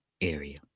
area